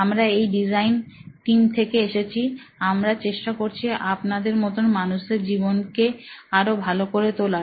আমরা এই design team থেকে এসেছি আমরা চেষ্টা করছি আপনাদের মতন মানুষদের জীবন কে আরো ভালো করে তোলার